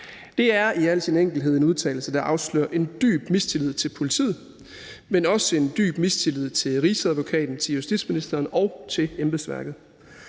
Det er i al sin enkelhed en udtalelse, der afslører en dyb mistillid til politiet, men også en dyb mistillid til Rigsadvokaten, til justitsministeren og til embedsværket.